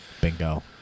Bingo